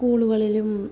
സ്കൂളുകളിലും